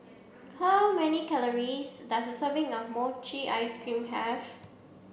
how many calories does a serving of mochi ice cream have